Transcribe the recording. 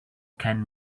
can